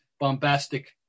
bombastic –